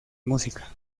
música